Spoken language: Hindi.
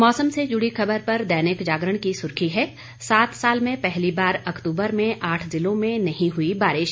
मौसम से जुड़ी खबर पर दैनिक जागरण की सुर्खी है सात साल में पहली बार अक्तूबर में आठ जिलों में नहीं हुई बारिश